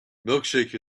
milkshake